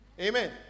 Amen